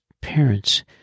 parents